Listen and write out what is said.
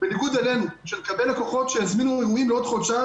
בניגוד אלינו שנקבל לקוחות שהזמינו אירועים לעוד חודשיים